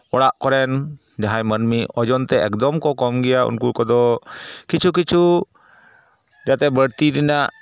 ᱚᱲᱟᱜ ᱠᱚᱨᱮᱱ ᱡᱟᱦᱟᱸᱭ ᱢᱟᱹᱱᱢᱤ ᱳᱡᱚᱱᱛᱮ ᱮᱠᱫᱚᱢ ᱠᱚ ᱠᱚᱢ ᱜᱮᱭᱟ ᱩᱱᱠᱩ ᱠᱚᱫᱚ ᱠᱤᱪᱷᱩ ᱠᱤᱪᱷᱩ ᱡᱟᱛᱮ ᱵᱟᱹᱲᱛᱤ ᱨᱮᱱᱟᱜ